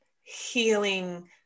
healing